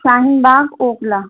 Shaheen Bagh Okhla